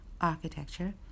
Architecture